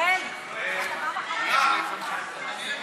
אחסנה וייבוא של אמוניה),